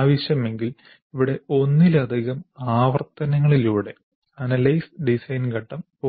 ആവശ്യമെങ്കിൽ ഇവിടെ ഒന്നിലധികം ആവർത്തനങ്ങളിലൂടെ അനലൈസ് ഡിസൈൻ ഘട്ടം പോകുന്നു